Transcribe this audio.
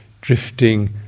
drifting